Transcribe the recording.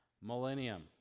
millennium